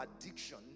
Addiction